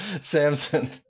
Samson